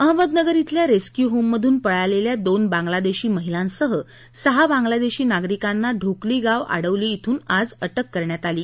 अहमदनगर थिल्या रेस्क्यू होममधून पळालेल्या दोन बांगलादेशी महिलांसह सहा बांगलादेशी नागरिकांना ढोकली गाव आडिवली बून अटक करण्यात आली आहे